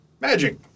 magic